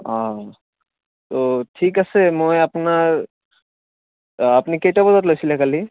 অঁ তো ঠিক আছে মই আপোনাৰ আপুনি কেইটা বজাত লৈছিলে কালি